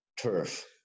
turf